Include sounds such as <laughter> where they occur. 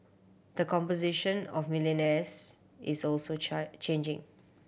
the composition of millionaires is also <unintelligible> changing